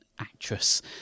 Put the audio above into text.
actress